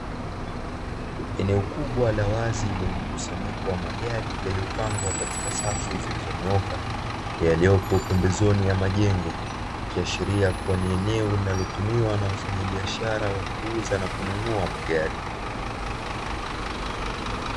Eneo kubwa la wazi lenye mkusanyiko wa magari yaliyopangwa katika safu zilizonyooka yaliyopo pembezoni ya majengo, ikiashiria kuwa ni eneo linalotumiwa na wafanyabiashara wa kuuza na kununua magari.